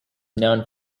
known